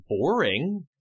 boring